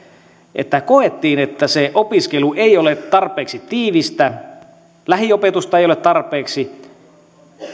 että koettiin että se opiskelu ei ole tarpeeksi tiivistä lähiopetusta ei ole tarpeeksi